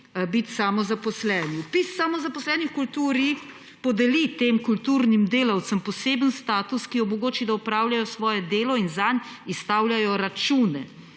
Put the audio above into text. biti samozaposleni. Vpis samozaposlenih v kulturi podeli tem kulturnim delavcem poseben status, ki omogoči, da opravljajo svoje delo in zanj izstavljajo račune.